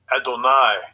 Adonai